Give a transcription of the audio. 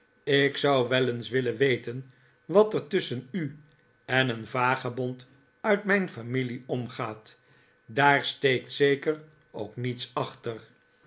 ik zou wel eens willen weten wat er tusschen u en een vagebond uit mijn famine omgaat daar steekt zeker ook niets achter